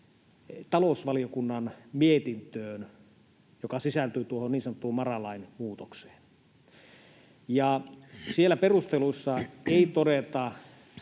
talousvaliokunnan mietintöön, joka sisältyy tuohon niin sanottuun mara-lain muutokseen. Ja siellä perusteluissa ei todeta